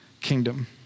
kingdom